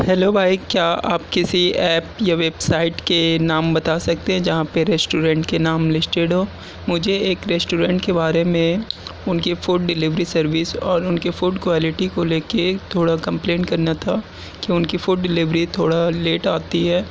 hello بھائی کیا آپ کسی ایپ یا ویب سائٹ کے نام بتا سکتے ہیں جہاں پہ ریسٹورینٹ کے نام لسٹیڈ ہو مجھے ایک ریسٹورینٹ کے بارے میں ان کی فوڈ ڈلیوری سروس اور ان کی فوڈ کوالیٹی کو لے کے تھوڑا کمپلین کرنا تھا کہ ان کی فوڈ ڈلیوری تھوڑا لیٹ آتی ہے